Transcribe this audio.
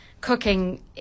cooking